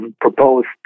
proposed